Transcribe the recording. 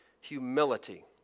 humility